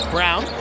Brown